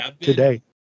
today